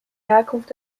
herkunft